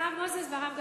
הרב מוזס והרב גפני,